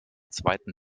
zweiten